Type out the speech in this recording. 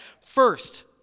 first